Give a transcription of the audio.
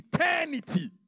eternity